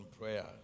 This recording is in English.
prayer